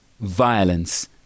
violence